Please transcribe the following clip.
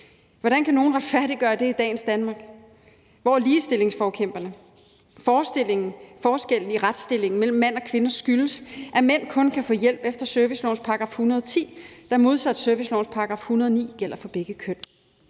Hvordan kan nogen retfærdiggøre det i dagens Danmark? Hvor er ligestillingsforkæmperne? Forskellen i retsstillingen mellem mænd og kvinder skyldes, at mænd kun kan få hjælp efter servicelovens § 110, der modsat servicelovens § 109 gælder for begge køn.